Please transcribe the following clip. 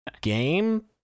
game